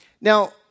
Now